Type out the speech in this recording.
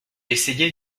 essayé